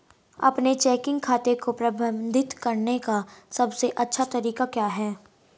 अपने चेकिंग खाते को प्रबंधित करने का सबसे अच्छा तरीका क्या है?